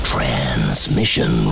Transmission